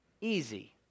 easy